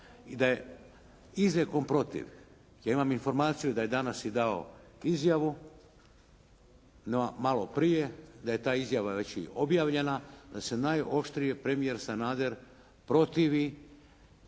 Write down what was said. i da je izrijekom protiv. Ja imam informaciju da je danas i dao izjavu malo prije, da je ta izjava već i objavljena, da se najoštrije premijer Sanader protivi